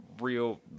real